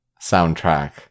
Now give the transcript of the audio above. soundtrack